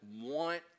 want